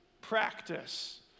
practice